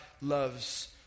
loves